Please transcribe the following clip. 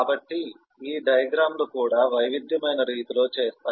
కాబట్టి ఈ డయాగ్రమ్ లు కూడా వైవిధ్యమైన రీతిలో చేస్తాయి